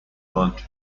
ماند